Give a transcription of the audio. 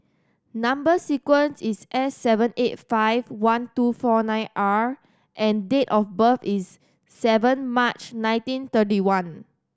number sequence is S seven eight five one two four nine R and date of birth is seven March nineteen thirty one